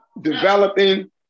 developing